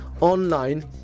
online